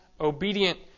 obedient